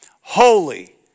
holy